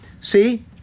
See